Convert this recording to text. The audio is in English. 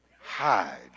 hide